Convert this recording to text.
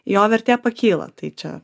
jo vertė pakyla tai čia